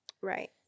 Right